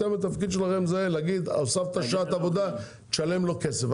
התפקיד שלכם זה להגיד: הוספת שעת עבודה תשלם לו כסף.